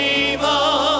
evil